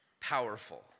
powerful